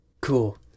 Cool